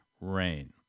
rain